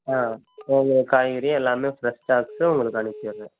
ஆ okay காய்கறி எல்லாமே ஃப்ரெஷ்ஷாக வெச்சு உங்களுக்கு அனுப்பிகிறேன்